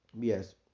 Yes